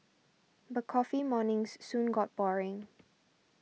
but coffee mornings soon got boring